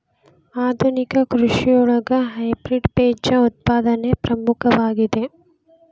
ಆಧುನಿಕ ಕೃಷಿಯೊಳಗ ಹೈಬ್ರಿಡ್ ಬೇಜ ಉತ್ಪಾದನೆ ಪ್ರಮುಖವಾಗಿದೆ